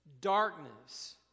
darkness